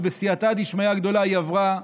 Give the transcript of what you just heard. ובסייעתא דשמיא גדולה היא עברה.